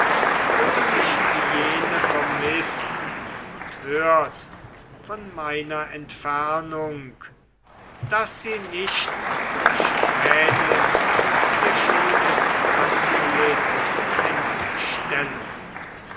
oder mich jene vermißt und hört von meiner entfernung daß sie nicht durch tränen ihr schönes antlitz entstelle